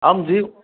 आं जि